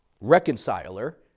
reconciler